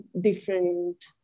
different